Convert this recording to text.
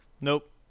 Nope